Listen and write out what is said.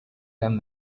done